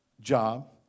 job